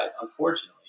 Unfortunately